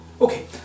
Okay